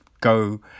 go